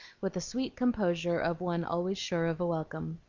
with the sweet composure of one always sure of a welcome.